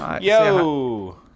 yo